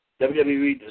WWE